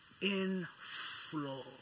inflow